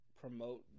promote